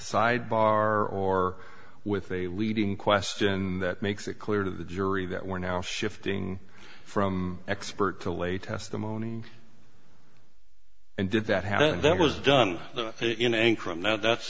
side bar or with a leading question and that makes it clear to the jury that we're now shifting from expert to lay testimony and did that have that was done in anchorage now that's